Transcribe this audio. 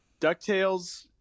DuckTales